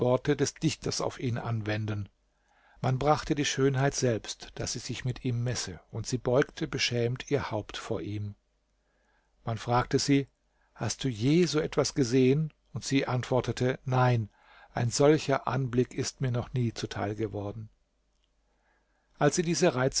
des dichters auf ihn anwenden man brachte die schönheit selbst daß sie sich mit ihm messe und sie beugte beschämt ihr haupt vor ihm man fragte sie hast du je so etwas gesehen und sie antwortete nein ein solcher anblick ist mir noch nie zuteil geworden als sie diese reize